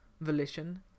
volition